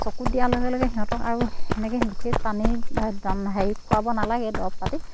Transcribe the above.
চকুত দিয়াৰ লগে লগে সিহঁতক আৰু সেনেকৈ বিশেষ পানীৰ হেৰি খোৱাব নালাগে দৰব পাতি